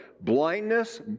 Blindness